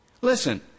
Listen